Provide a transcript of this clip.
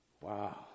Wow